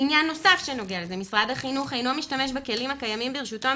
עניין נוסף שנוגע לזה: משרד החינוך אינו משתמש בכלים הקיימים ברשותו,